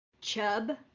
chub